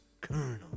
Colonel